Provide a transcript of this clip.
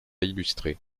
illustrer